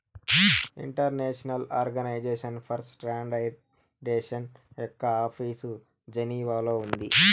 international organization for standardization యొక్క office జెనీవాలో ఉంది